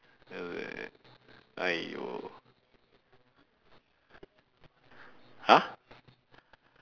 !aiyo! !huh!